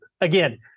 again